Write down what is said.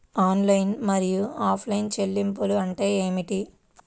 Online మరియు offline చెల్లింపులు అంటే ఏమిటి?